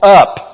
up